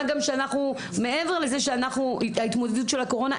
מה גם שמעבר לזה שההתמודדות של הקורונה,